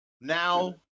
Now